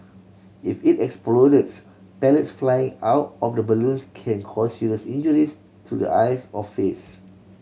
if it explodes pellets flying out of the balloons can cause serious injuries to the eyes or face